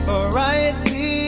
Variety